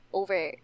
over